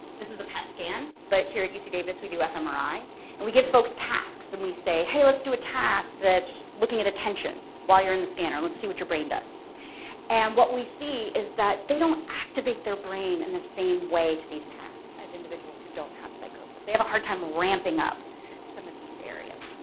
this is a pet scan, but here at uc davis we do fmri and we give folks tasks and we say hey let's do a task that's looking at attention while you're in the scanner let's see what your brain does and what we see is that they don't activate their brain in the same way to these tasks as individuals who don't have psychosis they have a hard time ramping up some of these areas.